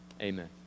Amen